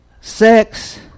sex